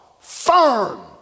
firm